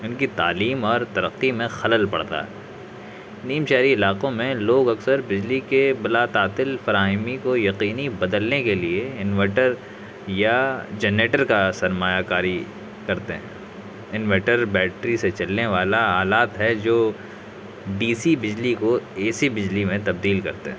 ان کی تعلیم اور ترقی میں خلل پڑتا ہے نیم شہری علاقوں میں لوگ اکثر بجلی کے بلاتعطیل فراہمی کو یقینی بدلنے کے لیے انویٹر یا جنریٹر کا سرمایہ کاری کرتے ہیں انویٹر بیٹری سے چلنے والا آلات ہے جو ڈی سی بجلی کو اے سی بجلی میں تبدیل کرتے ہیں